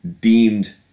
deemed